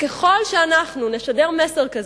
וככל שאנו נשדר מסר כזה,